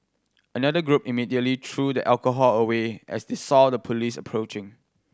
another group immediately threw the alcohol away as they saw the police approaching